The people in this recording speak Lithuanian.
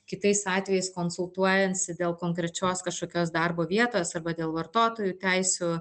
kitais atvejais konsultuonjasi dėl konkrečios kažkokios darbo vietos arba dėl vartotojų teisių